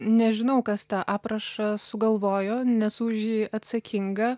nežinau kas tą aprašą sugalvojo nesu už jį atsakinga